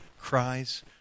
cries